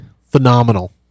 phenomenal